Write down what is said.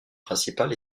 principal